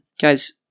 guys